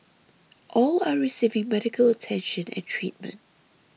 all are receiving medical attention and treatment